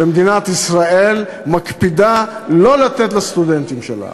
ומדינת ישראל מקפידה לא לתת לסטודנטים שלה.